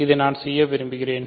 இதை நான் செய்ய விரும்புகிறேன்